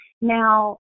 Now